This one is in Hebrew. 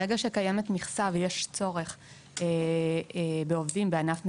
ברגע שקיימת מכסה ויש צורך בעובדים בענף מסוים,